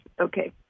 Okay